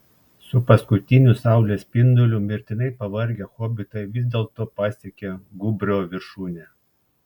su paskutiniu saulės spinduliu mirtinai pavargę hobitai vis dėlto pasiekė gūbrio viršūne